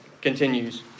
Continues